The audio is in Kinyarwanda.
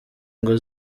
ngo